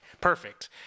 perfect